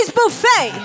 buffet